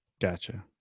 gotcha